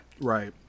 Right